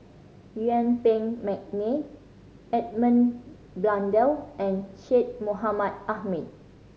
Yuen Peng McNeice Edmund Blundell and Syed Mohamed Ahmed